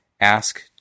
ask